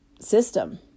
system